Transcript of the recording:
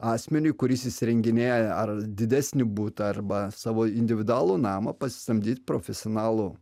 asmeniui kuris įsirenginėja ar didesnį butą arba savo individualų namą pasisamdyt profesionalų